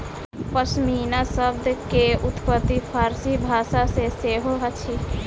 पश्मीना शब्द के उत्पत्ति फ़ारसी भाषा सॅ सेहो अछि